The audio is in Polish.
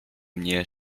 mnie